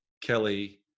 Kelly